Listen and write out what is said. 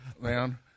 man